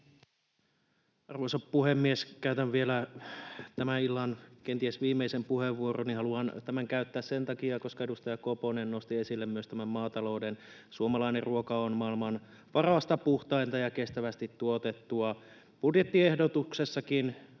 Arvoisa puhemies! Käytän vielä tämän illan kenties viimeisen puheenvuoroni. Haluan tämän käyttää sen takia, koska edustaja Koponen nosti esille myös tämän maatalouden. Suomalainen ruoka on maailman parasta, puhtainta ja kestävästi tuotettua. Budjettiehdotuksessakin